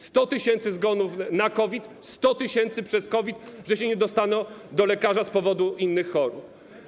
100 tys. zgonów na COVID, 100 tys. przez COVID, że nie dostaną się do lekarza z powodu innych chorób.